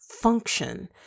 function